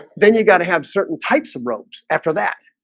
then you got to have certain types of ropes after that.